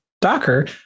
Docker